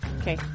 Okay